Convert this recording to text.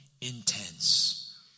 intense